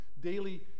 daily